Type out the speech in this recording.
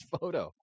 photo